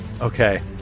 Okay